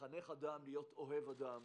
להיות אוהב אדם,